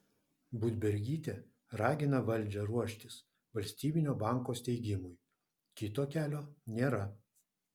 budbergytė ragina valdžią ruoštis valstybinio banko steigimui kito kelio nėra